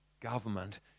government